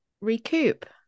recoup